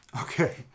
okay